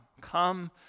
come